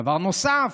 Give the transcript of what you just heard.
דבר נוסף.